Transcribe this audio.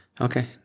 Okay